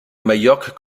majorque